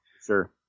sure